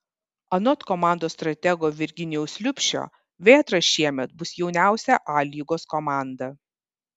anot komandos stratego virginijaus liubšio vėtra šiemet bus jauniausia a lygos komanda